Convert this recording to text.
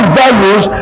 values